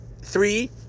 three